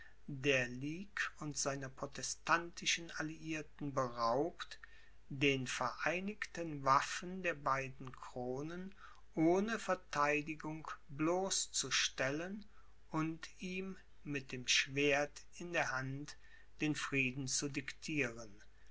der ligue und seiner protestantischen alliierten beraubt den vereinigten waffen der beiden kronen ohne vertheidigung bloß zu stellen und ihm mit dem schwert in der hand den frieden zu diktieren